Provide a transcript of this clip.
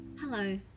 Hello